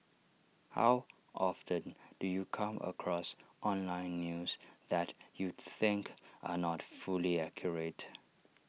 how often do you come across online news that you think are not fully accurate